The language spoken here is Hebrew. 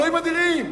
אלוהים אדירים,